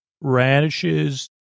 radishes